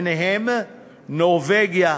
וביניהן נורבגיה,